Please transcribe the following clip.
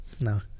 no